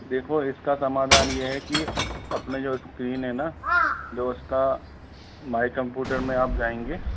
देखो इसका समाधान ये है कि अपने जो स्क्रीन है ना जो इसका माई कंप्युटर में आप जाएंगे